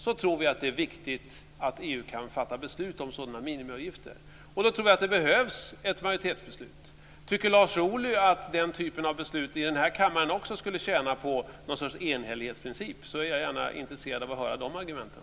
Då tror jag att det behövs ett majoritetsbeslut. Tycker Lars Ohly att den typen av beslut i den här kammaren också skulle tjäna på någon sorts enhällighetsprincip är jag gärna intresserad av att höra de argumenten.